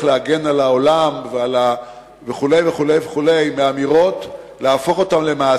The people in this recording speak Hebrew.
להגן על העולם וכו' וכו' וכו' מאמירות למעשים.